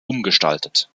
umgestaltet